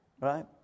Right